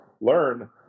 Learn